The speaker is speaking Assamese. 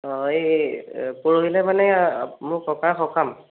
অ এই পৰহিলৈ মানে মোৰ ককাৰ সকাম